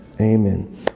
Amen